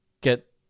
get